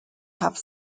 have